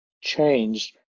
changed